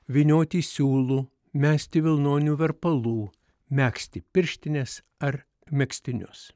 vynioti siūlų mesti vilnonių verpalų megzti pirštines ar megztinius